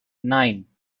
nine